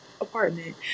apartment